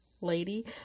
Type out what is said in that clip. lady